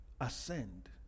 ascend